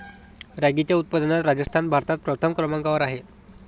रॅगीच्या उत्पादनात राजस्थान भारतात प्रथम क्रमांकावर आहे